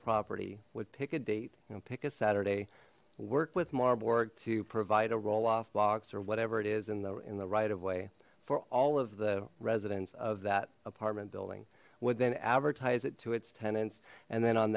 property would pick a date and pick a saturday work with marburg to provide a roll off box or whatever it is in the in the right of way for all of the residents of that apartment building would then advertise it to its tenants and then on